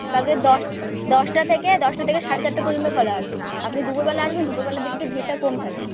কালকে দশ দশটা থেকে দশটা থেকে সাড়ে চারটে পর্যন্ত খোলা আছে আপনি দুপুরবেলা আসুন দুপুরবেলার দিকে একটু ভিড়টা কম থাকে